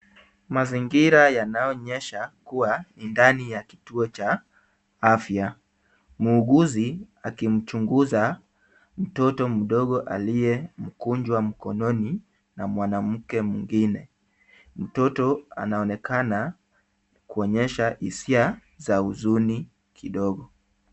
Mazingira yanayoonyesha kuwa ni ndani ya kituo cha afya. Muuguzi akimchunguza mtoto mdogo aliye mgonjwa mkononi, na mwanamke mwingine. Mtoto anaonekana kuonyesha hisia za huzuni kidogo.